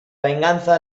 venganza